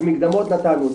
אז מקדמות נתנו,